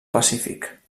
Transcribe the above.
pacífic